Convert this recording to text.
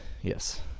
yes